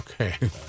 Okay